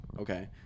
Okay